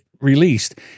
released